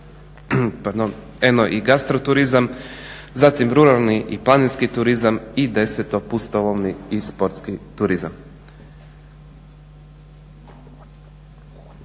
eno i gastro turizam, zatim ruralni i planinski turizam i 10. pustolovni i sportski turizam.